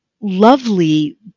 lovely